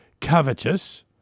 covetous